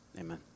amen